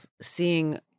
seeing